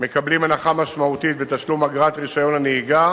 מקבלים הנחה משמעותית בתשלום אגרת רשיון הנהיגה